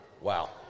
Wow